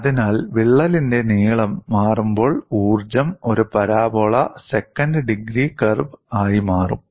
അതിനാൽ വിള്ളലിന്റെ നീളം മാറുമ്പോൾ ഊർജ്ജം ഒരു പരാബോള സെക്കൻഡ് ഡിഗ്രി കർവ് ആയി മാറും